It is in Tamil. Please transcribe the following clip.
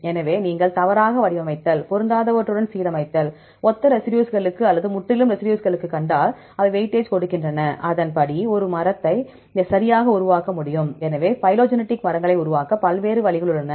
எனவே நீங்கள் தவறாக வடிவமைத்தல் பொருந்தாதவற்றுடன் சீரமைத்தல் ஒத்த ரெசிடியூஸ்களும் அல்லது முற்றிலும் ரெசிடியூஸ்களைக் கண்டால் அவை வெயிட்டேஜ் கொடுக்கின்றன அதன்படி அவை ஒரு மரத்தையும் சரியாக உருவாக்க முடியும் எனவே பைலோஜெனடிக் மரங்களை உருவாக்க பல்வேறு வழிகள் உள்ளன